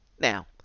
Now